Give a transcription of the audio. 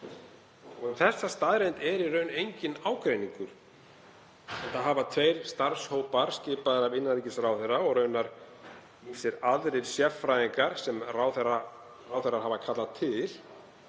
Um þessa staðreynd er í raun enginn ágreiningur enda hafa tveir starfshópar, skipaðir af innanríkisráðherra, og raunar ýmsir aðrir sérfræðingar sem ráðherrar hafa kallað til,